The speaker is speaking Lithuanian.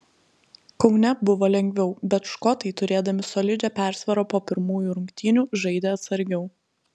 kaune buvo lengviau bet škotai turėdami solidžią persvarą po pirmųjų rungtynių žaidė atsargiau